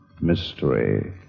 Mystery